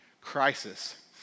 crisis